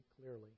clearly